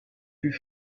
plus